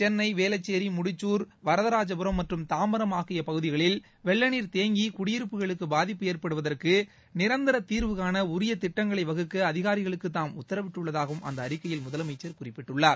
சென்னை வேளச்சேரி முடிக்குர் வரதராஜபுரம் மற்றும் தாம்பரம் ஆகிய பகுதிகளில் வெள்ளநீர் தேங்கி குடியிருப்புகளுக்கு பாதிப்பு ஏற்படுவதற்கு நிரந்தர தீர்வு காண உரிய திட்டங்களை வகுக்க அதிகாரிகளுக்கு தாம் உத்தரவிட்டுள்ளதாகவும் அந்த அறிக்கையில் முதலமைச்சர் குறிப்பிட்டுள்ளார்